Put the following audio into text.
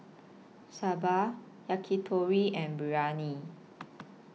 Sambar Yakitori and Biryani